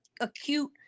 acute